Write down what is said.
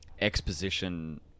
exposition